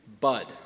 Bud